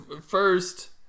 first